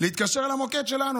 להתקשר למוקד שלנו.